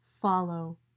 follow